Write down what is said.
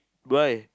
why